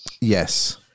Yes